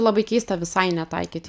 labai keista visai netaikyti